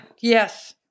Yes